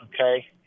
okay